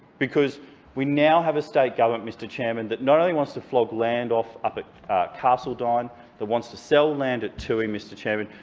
because we now have a state government, mr chairman, that not only wants to flog off up at carseldine, that wants to sell land at toohey, mr chairman,